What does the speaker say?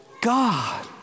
God